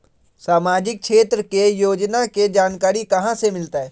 सामाजिक क्षेत्र के योजना के जानकारी कहाँ से मिलतै?